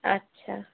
আচ্ছা